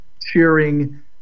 cheering